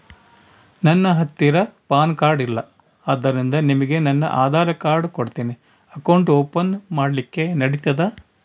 ನನ್ನ ಹತ್ತಿರ PAN card ಇಲ್ಲ ಆದ್ದರಿಂದ ನಿಮಗೆ ನನ್ನ ಆಧಾರ್ ಕಾರ್ಡ್ ಕೊಡ್ತೇನಿ ಅಕೌಂಟ್ ಓಪನ್ ಮಾಡ್ಲಿಕ್ಕೆ ನಡಿತದಾ?